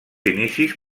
inicis